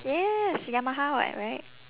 yes yamaha [what] right